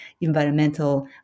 environmental